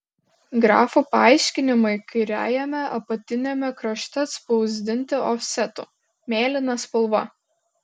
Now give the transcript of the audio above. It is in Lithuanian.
grafų paaiškinimai kairiajame apatiniame krašte atspausdinti ofsetu mėlyna spalva